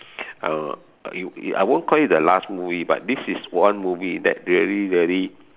uh you you I won't call it the last movie but this is one movie that really really